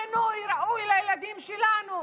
חינוך ראוי לילדים שלנו.